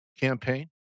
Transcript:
campaign